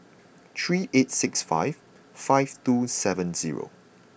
three eight six five five two seven zero